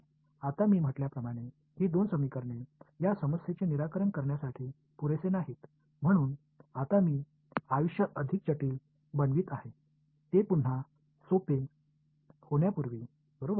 आता मी म्हटल्याप्रमाणे ही दोन समीकरणे या समस्येचे निराकरण करण्यासाठी पुरेसे नाहीत म्हणून आता मी आयुष्य अधिक जटिल बनवित आहे ते पुन्हा सोपे होण्यापूर्वी बरोबर